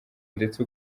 ndetse